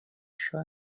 šio